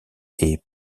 paul